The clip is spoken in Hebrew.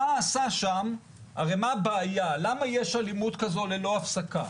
מה הבעיה, למה יש אלימות כזאת ללא הפסקה?